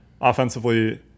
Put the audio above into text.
offensively